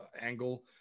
angle